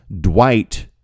Dwight